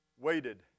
Waited